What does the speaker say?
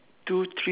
to the right ah